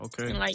okay